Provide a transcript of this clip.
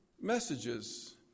messages